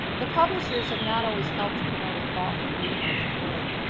the publishers have not always helped promote a thoughtful reading of her work.